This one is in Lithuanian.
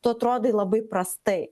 tu atrodai labai prastai